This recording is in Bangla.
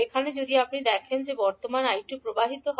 এখানে যদি আপনি দেখেন যে কারেন্ট 𝐈2 প্রবাহিত হয়